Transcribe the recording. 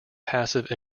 passive